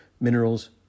minerals